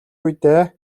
үедээ